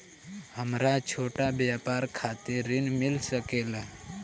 हमरा छोटा व्यापार खातिर ऋण मिल सके ला?